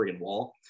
wall